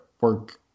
work